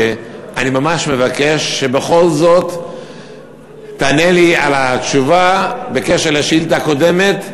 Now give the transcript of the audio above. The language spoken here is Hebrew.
ואני ממש מבקש שבכל זאת תענה לי תשובה בקשר לשאילתה קודמת,